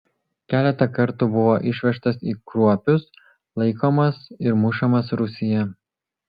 keletą kartų buvo išvežtas į kruopius laikomas ir mušamas rūsyje